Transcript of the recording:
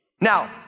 Now